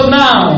now